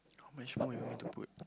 how much more you want to put